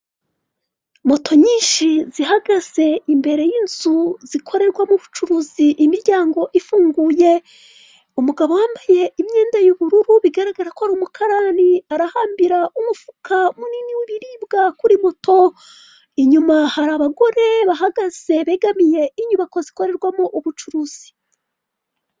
Moto nyinshi zihagaze imbere y'inzu zikorerwamo ubucuruzi imiryango ifunguye. Umugabo wambaye imyenda y'ubururu bigaragara ko ari umukarani, arahambira umufuka munini w'ibiribwa kuri moto; inyuma hari abagore bahagaze begamiye inyubako zikorerwamo ubucuruzi.